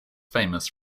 famous